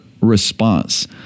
response